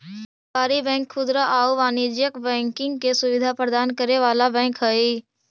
सहकारी बैंक खुदरा आउ वाणिज्यिक बैंकिंग के सुविधा प्रदान करे वाला बैंक हइ